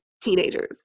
teenagers